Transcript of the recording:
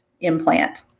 implant